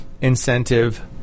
incentive